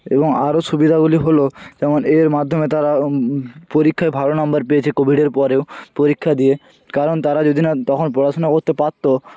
এবং আরও সুবিধাগুলি হল যেমন এর মাধ্যমে তারা পরীক্ষায় ভালো নম্বর পেয়েছে কোভিডের পরেও পরীক্ষা দিয়ে কারণ তারা যদি না তখন পড়াশোনা করতে পারত